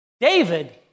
David